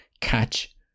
catch